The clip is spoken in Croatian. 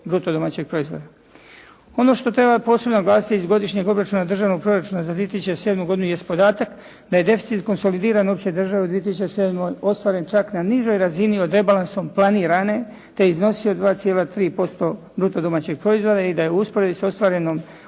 bruto domaćeg proizvoda. Ono što treba posebno naglasiti iz godišnjeg obračuna državnog proračuna za 2007. godinu jest podatak da je deficit konsolidiran opće države u 2007. ostvaren čak na nižoj razini od rebalansom planirane te iznosio 2,3% bruto domaćeg proizvoda i da je u usporedbi sa ostvarenim